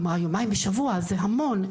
היא אמרה יומיים בשבוע זה המון,